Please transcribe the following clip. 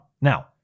now